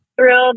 thrilled